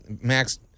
Max